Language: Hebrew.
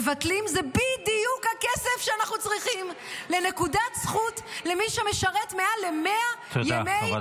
זה בדיוק הכסף שאנחנו צריכים לנקודת זכות למי שמשרת מעל ל-100 ימי